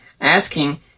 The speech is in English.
asking